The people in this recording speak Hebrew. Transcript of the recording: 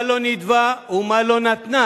מה לא נידבה ומה לא נתנה